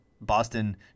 Boston